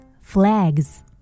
flags